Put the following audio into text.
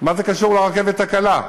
מה זה קשור לרכבת הקלה?